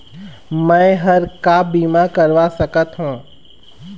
मैं हर का बीमा करवा सकत हो?